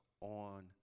on